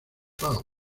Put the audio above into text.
pau